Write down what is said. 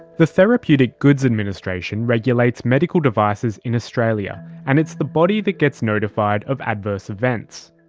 the therapeutic goods administration regulates medical devices in australia, and it's the body that gets notified of adverse events.